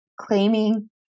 claiming